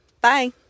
Bye